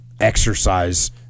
exercise